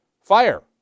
Fire